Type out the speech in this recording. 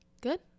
Good